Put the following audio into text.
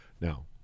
Now